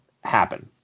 happen